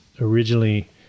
originally